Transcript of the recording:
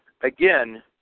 again